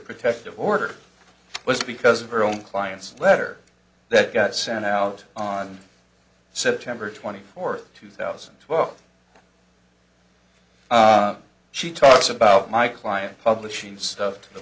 protective order was because of her own client's letter that got sent out on september twenty fourth two thousand and twelve she talks about my client publishing stuff to the